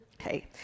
Okay